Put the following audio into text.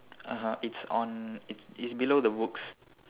(uh huh) it's on it it's below the books